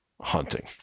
hunting